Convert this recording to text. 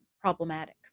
problematic